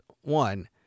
one